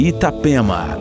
Itapema